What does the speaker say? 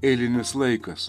eilinis laikas